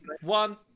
One